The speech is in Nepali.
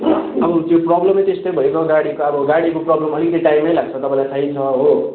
अब त्यो प्रबलमै त्यस्तै भइगयो गाडीको अब गाडीको प्रबलम अलिकिति टाइमै लाग्छ तपाईँलाई थाहै छ हो